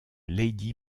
lady